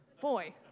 Boy